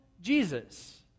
Jesus